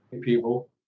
people